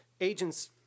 Agents